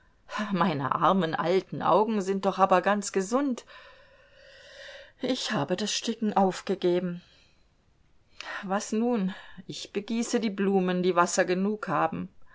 meine armen alten augen sind doch aber ganz gesund ich habe das sticken aufgegeben was nun ich begieße die blumen die wasser genug haben